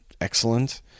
excellent